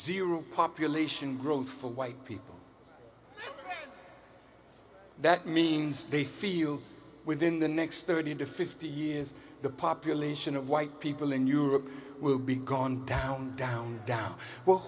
zero population growth for white people that means they feel within the next thirty to fifty years the population of white people in europe will be gone down down down well